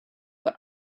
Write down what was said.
but